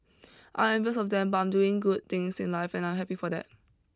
I'm envious of them but I'm doing good things in life and I am happy for that